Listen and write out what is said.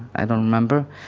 i don't remember,